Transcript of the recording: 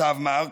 כתב מרקס,